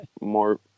more